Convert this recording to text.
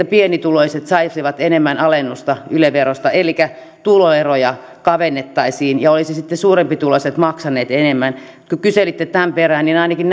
pienituloiset saisivat enemmän alennusta yle verosta elikkä tuloeroja kavennettaisiin ja olisivat sitten suurempituloiset maksaneet enemmän kyselitte tämän perään ainakin